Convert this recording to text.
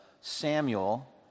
Samuel